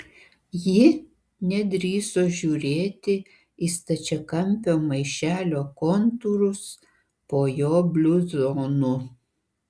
ji nedrįso žiūrėti į stačiakampio maišelio kontūrus po jo bluzonu